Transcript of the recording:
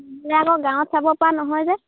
ইয়াত আকৌ গাঁৱত চাবপৰা নহয় যে